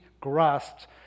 grasped